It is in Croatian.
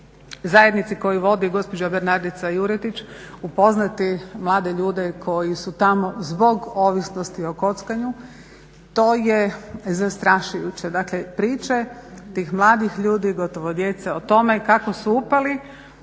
zajednici koju vodi gospođa Bernardica Juretić upoznati mlade ljude koji su tamo zbog ovisnosti o kockanju. To je zastrašujuće. Dakle, priče tih mladih ljudi, gotovo djece o tome kako su upali